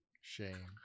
Shame